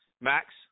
Max